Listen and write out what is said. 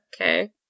Okay